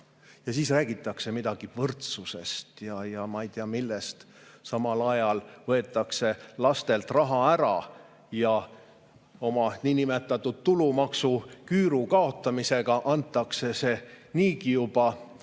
Ja siis räägitakse midagi võrdsusest ja ma ei tea millest, samal ajal võetakse lastelt raha ära ja oma niinimetatud tulumaksuküüru kaotamisega antakse see niigi juba hästi